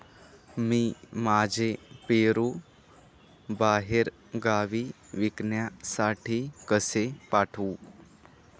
मी माझे पेरू बाहेरगावी विकण्यासाठी कसे पाठवू?